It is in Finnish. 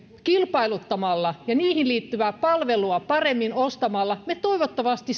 kilpailuttamalla ja niihin liittyvää palvelua paremmin ostamalla me toivottavasti